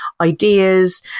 ideas